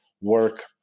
work